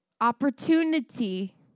opportunity